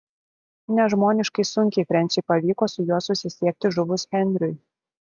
nežmoniškai sunkiai frensiui pavyko su juo susisiekti žuvus henriui